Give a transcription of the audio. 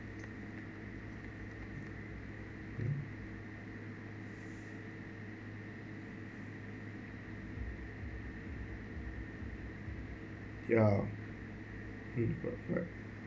ya correct